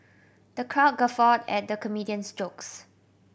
the crowd guffaw at the comedian's jokes